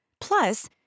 Plus